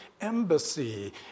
embassy